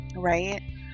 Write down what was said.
Right